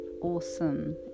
awesome